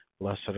Blessed